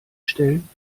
stellen